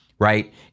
right